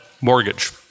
mortgage